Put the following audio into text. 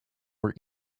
were